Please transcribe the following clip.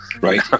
Right